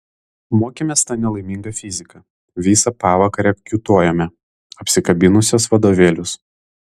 mokėmės tą nelaimingą fiziką visą pavakarę kiūtojome apsikabinusios vadovėlius